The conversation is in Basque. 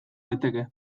daiteke